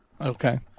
Okay